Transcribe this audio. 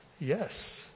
yes